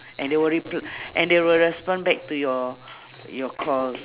and they will repl~ and they will respond back to your your calls